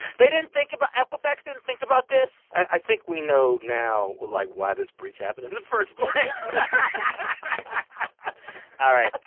they didn't think about equifax didn't think about this? i think we know now, like, why this breach happened in the first place all ah right.